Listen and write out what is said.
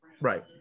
right